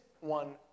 one